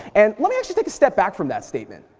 and let me actually take a step back from that statement.